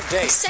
Date